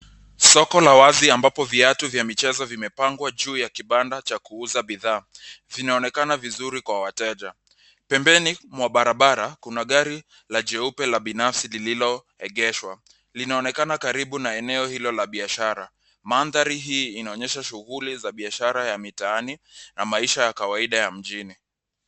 Soko la wazi ambapo viatu vya michezo vimepangwa juu ya kibanda cha kuuza bidhaa. Vinaonekana vizuri kwa wateja .Pembeni mwa barabara kuna gari ya jeupe la kibinafsi lililoengeshwa. Linaonekana karibu na eneo hilo la biashara. Mandhari hii inaonyesha shughuli za biashara ya mitaani na maisha ya kawaida mjini.